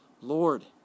Lord